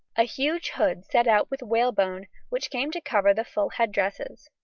a huge hood set out with whalebone which came to cover the full head-dresses.